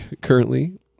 currently